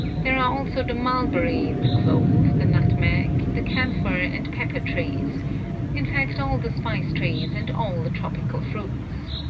there are also the mulberry, the clove, the nutmeg, the camphor, and pepper-trees in fact all the spice-trees and all the tropical fruits.